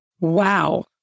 Wow